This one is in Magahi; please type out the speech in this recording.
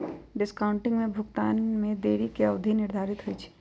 डिस्काउंटिंग में भुगतान में देरी के अवधि निर्धारित होइ छइ